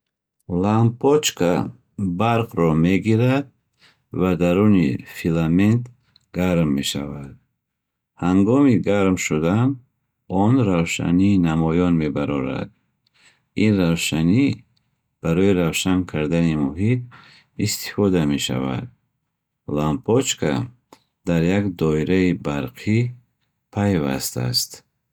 Лампочка барқро мегирад ва даруни филамент гарм мешавад. Ҳангоми гарм шудан, он равшании намоён мебарорад. Ин равшанӣ барои равшан кардани муҳит истифода мешавад. Лампочка дар як доираи барқӣ пайваст аст.